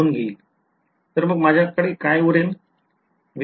तर मग माझ्याकडे काय उरले आहे